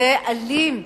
זה אלים,